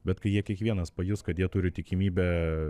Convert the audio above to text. bet kai jie kiekvienas pajus kad jie turi tikimybę